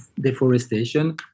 deforestation